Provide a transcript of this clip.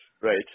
Right